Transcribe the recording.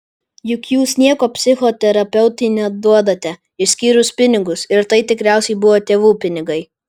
juk jūs nieko psichoterapeutei neduodate išskyrus pinigus ir tai tikriausiai buvo tėvų pinigai